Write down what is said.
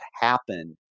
happen